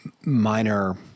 minor